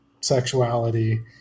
sexuality